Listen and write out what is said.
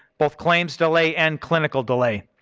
both claims delay and clinical delay.